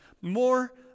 more